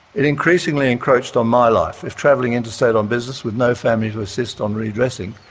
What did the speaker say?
it increasingly encroached on my life. if travelling interstate on business with no family to assist on re-dressing,